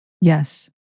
Yes